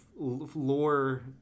Lore